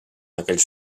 aquells